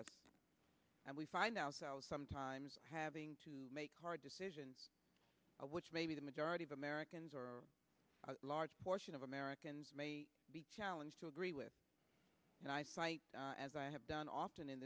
us and we find ourselves sometimes having to make hard decisions which maybe the majority of americans or a large portion of americans may be challenged to agree with and i cite as i have done often in